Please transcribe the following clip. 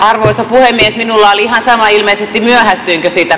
arvoisat lehtien alla lihassa ilmeisesti nähty sillä